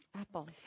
apple